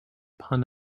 pun